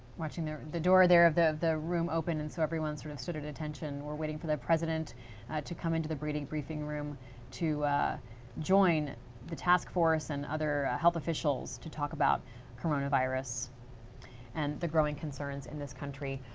watching the door there of the the room open and so everyone sort of so is at attention. we're waiting for the president to come into the briefing briefing room to join the task force and other health officials to talk about coronavirus and the growing concerns in this country.